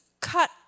cut